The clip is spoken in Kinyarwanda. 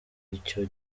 icyo